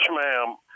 ma'am